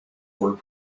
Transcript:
were